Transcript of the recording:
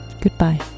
goodbye